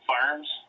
Farms